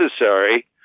necessary